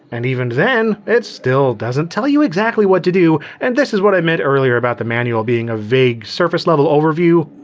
and even then, it still doesn't tell you exactly what to do, and this is what i meant earlier about the manual being a vague surface-level overview.